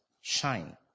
shine